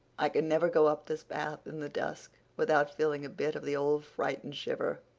i can never go up this path in the dusk without feeling a bit of the old fright and shiver?